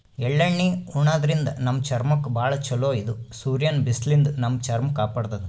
ಎಳ್ಳಣ್ಣಿ ಉಣಾದ್ರಿನ್ದ ನಮ್ ಚರ್ಮಕ್ಕ್ ಭಾಳ್ ಛಲೋ ಇದು ಸೂರ್ಯನ್ ಬಿಸ್ಲಿನ್ದ್ ನಮ್ ಚರ್ಮ ಕಾಪಾಡತದ್